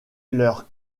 leur